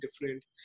different